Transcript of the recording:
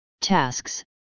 Tasks